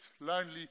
lonely